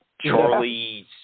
Charlie